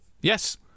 Yes